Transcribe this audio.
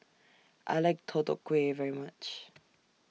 I like Deodeok Gui very much